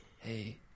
Hey